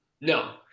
No